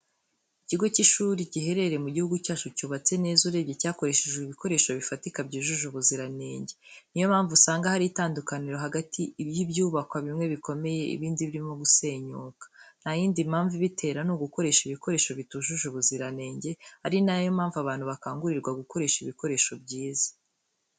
Ikigo cy'ishuri giherereye mu gihugu cyacu cyubatse neza urebye cyakoresheje ibikoresho bifatika byujuje ubuziranenge. Niyo mpamvu usanga hari itandukaniro hagati y'ibyubakwa bimwe bikomeye ibindi birimo gusenyuka. Ntayindi mpamvu ibitera ni ugukoresha ibikoresho bitujuje ubziranenge ari na yo mpamvu abantu bakangurirwa gukoresha ibikoresho byiza.